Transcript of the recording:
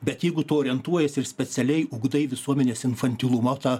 bet jeigu tu orientuojiesi ir specialiai ugdai visuomenės infantilumą tą